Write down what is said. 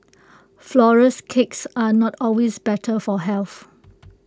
Flourless Cakes are not always better for health